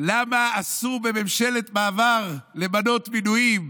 למה אסור בממשלת מעבר למנות מינויים